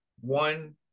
one